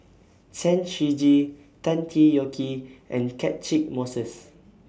Chen Shiji Tan Tee Yoke and Catchick Moses